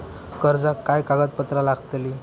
कर्जाक काय कागदपत्र लागतली?